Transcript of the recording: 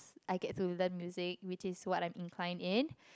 I get to learn music which is what I incline in